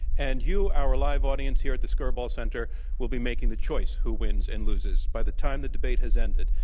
and you, our live audience here at the skirball center will be making the choice who wins and loses. by the time the debate has ended,